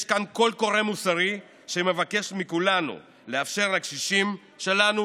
יש כאן קול קורא מוסרי שמבקש מכולנו לאפשר לקשישים שלנו